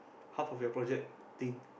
half of your project thing